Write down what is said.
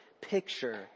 picture